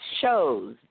shows